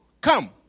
come